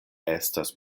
estas